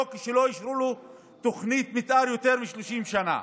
כשלא אישרו לו תוכנית מתאר יותר מ-30 שנה?